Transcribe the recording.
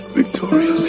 Victoria